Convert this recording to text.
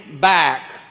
back